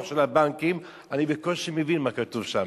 של הבנקים אני בקושי מבין מה כתוב שם,